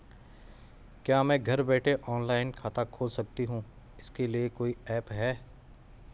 क्या मैं घर बैठे ऑनलाइन खाता खोल सकती हूँ इसके लिए कोई ऐप है?